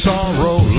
Sorrow